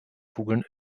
kugeln